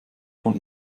von